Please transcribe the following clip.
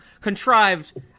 Contrived